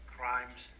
crimes